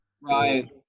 Ryan